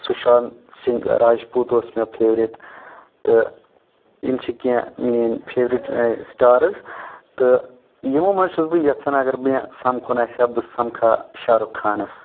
سُشانت سنٛگ راجپوٗت اوس مےٚ فیورِٹ تہٕ یِم چھِ کینٛہہ میٲنۍ فیورِٹ سٹارٕز تہٕ یِمو منٛز چھُس بہٕ یژھان اگر مےٚ سمکھُن آسہِ ہا بہٕ سمکھا شارُک خانس